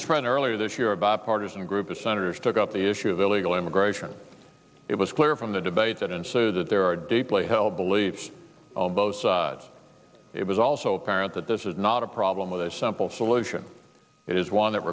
misread earlier this year a bipartisan group of senators took up the issue of illegal immigration it was clear from the debate that and so that there are deeply held beliefs on both sides it was also apparent that this is not a problem with a simple solution it is one that